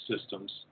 systems